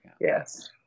Yes